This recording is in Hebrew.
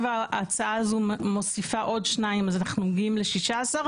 ההצעה הזו מוסיפה עוד שניים אז אנחנו מגיעים ל-16,